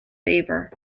favor